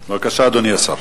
בבקשה, אדוני השר.